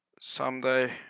someday